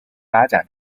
发展